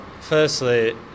firstly